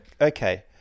Okay